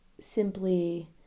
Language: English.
simply